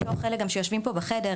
חלק מהם יושבים פה בחדר,